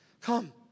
Come